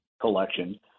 collection